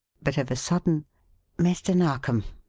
but of a sudden mr. narkom,